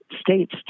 states